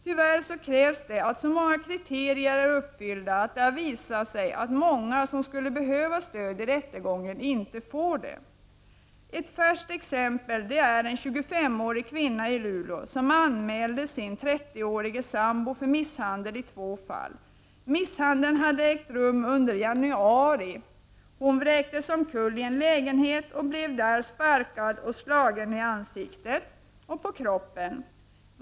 Tyvärr krävs det att så många kriterier är uppfyllda att det har visat sig att många som skulle behöva stöd vid rättegången inte får det. Ett färskt exempel är en 25-årig kvinna i Luleå som anmälde sin 30-årige sambo för misshandel i två fall. Misshandeln hade ägt rum i januari. Hon vräktes omkull i en lägenhet och blev där sparkad och slagen i ansiktet och på kroppen.